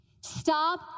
Stop